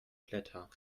blätter